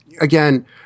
again